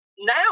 now